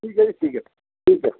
ठीक ऐ जी ठीक ऐ